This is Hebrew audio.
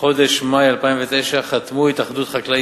בחודש מאי 2009 חתמו התאחדות חקלאי